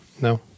No